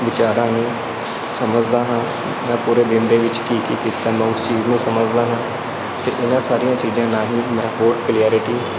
ਵਿਚਾਰਾਂ ਨੂੰ ਸਮਝਦਾ ਹਾਂ ਮੈਂ ਪੂਰੇ ਦਿਨ ਦੇ ਵਿੱਚ ਕੀ ਕੀ ਕੀਤਾ ਮੈਂ ਉਸ ਚੀਜ਼ ਨੂੰ ਸਮਝਦਾ ਹਾਂ ਅਤੇ ਇਨ੍ਹਾਂ ਸਾਰੀਆਂ ਚੀਜ਼ਾਂ ਨਾਲ ਹੀ ਮੈਂ ਹੋਰ ਕਲੈਅਰਟੀ